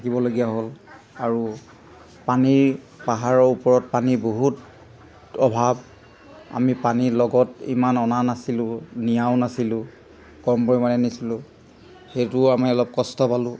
থাকিবলগীয়া হ'ল আৰু পানীৰ পাহাৰৰ ওপৰত পানী বহুত অভাৱ আমি পানীৰ লগত ইমান অনা নাছিলোঁ নিয়াও নাছিলোঁ কম পৰিমাণে নিছিলোঁ সেইটোও আমি অলপ কষ্ট পালোঁ